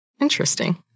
Interesting